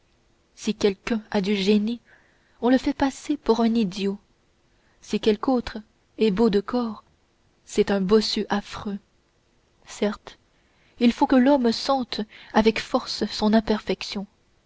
si quelqu'un a du génie on le fait passer pour un idiot si quelque autre est beau de corps c'est un bossu affreux certes il faut que l'homme sente avec force son imperfection